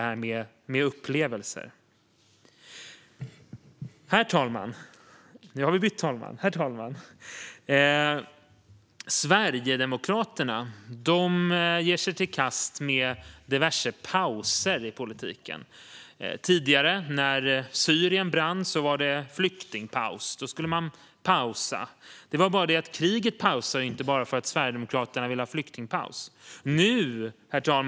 Herr talman! Sverigedemokraterna vill ha diverse pauser i politiken. Tidigare, när Syrien brann, var det flyktingpaus; då skulle man pausa. Det var bara det att kriget inte pausade bara för att Sverigedemokraterna ville ha flyktingpaus.